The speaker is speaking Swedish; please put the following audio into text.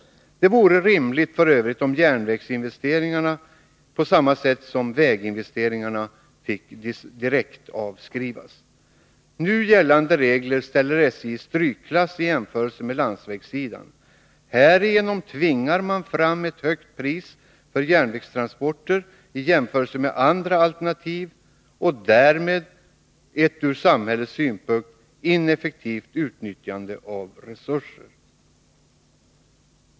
Det vore f. ö. rimligt om järnvägsinvesteringarna på samma sätt som väginvesteringarna fick direktavskrivas. Nu gällande regler ställer SJ i strykklass i jämförelse med landsvägssidan. Härigenom tvingar man fram ett högt pris för järnvägstransporter i jämförelse med andra alternativ och därmed ett ur samhällets synpunkt ineffektivt utnyttjande av resurserna.